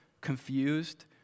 confused